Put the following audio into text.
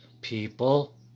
people